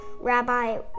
rabbi